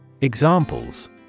Examples